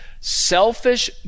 selfish